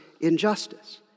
injustice